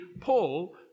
Paul